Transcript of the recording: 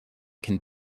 can